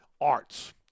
arts